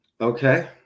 Okay